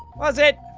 was it?